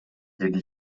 деди